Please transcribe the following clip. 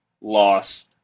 loss